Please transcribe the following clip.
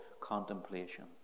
contemplation